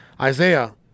Isaiah